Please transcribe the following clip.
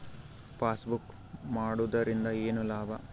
Passbook ಮಾಡುದರಿಂದ ಏನು ಲಾಭ?